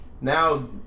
now